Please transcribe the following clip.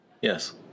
Yes